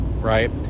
right